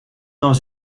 dans